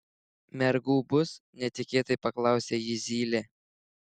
mergų bus netikėtai paklausė jį zylė